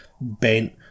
bent